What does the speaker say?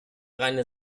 reine